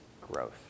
growth